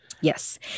Yes